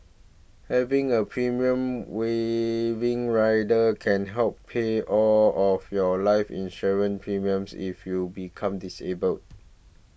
having a premium waiving rider can help pay all of your life insurance premiums if you become disabled